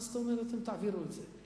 מה זאת אומרת אתם תעבירו את זה?